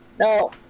No